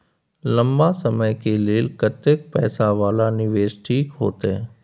लंबा समय के लेल कतेक पैसा वाला निवेश ठीक होते?